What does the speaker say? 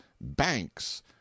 banks